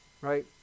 Right